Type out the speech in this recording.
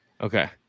Okay